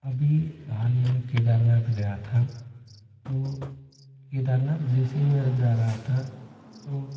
अभी हाल ही में केदारनाथ गया था तो केदारनाथ जैसे मैं जा रहा था तो